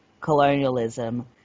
colonialism